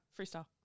Freestyle